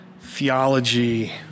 theology